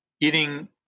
eating